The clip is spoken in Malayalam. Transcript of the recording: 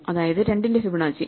അതായത് 2 ന്റെ ഫിബൊനാച്ചി